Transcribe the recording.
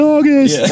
August